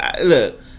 look